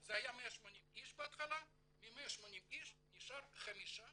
זה היה 180 איש בהתחלה, מ-180 איש נשארו שישה